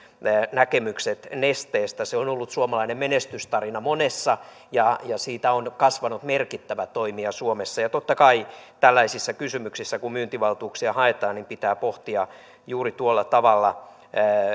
näkemykset nesteestä se on ollut suomalainen menestystarina monessa ja siitä on kasvanut merkittävä toimija suomessa ja totta kai tällaisissa kysymyksissä kun myyntivaltuuksia haetaan pitää pohtia juuri tuolla tavalla eli